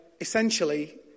essentially